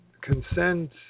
consent